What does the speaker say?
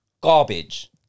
garbage